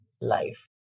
life